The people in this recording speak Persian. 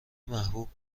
محبوب